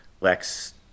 Lex